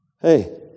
Hey